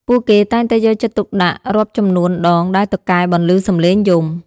ពួកគេតែងតែយកចិត្តទុកដាក់រាប់ចំនួនដងដែលតុកែបន្លឺសំឡេងយំ។